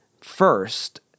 first